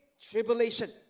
Tribulation